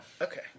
Okay